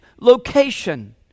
location